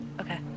Okay